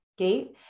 okay